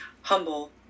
humble